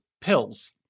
pills